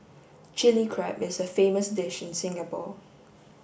Chilli Crab is a famous dish in Singapore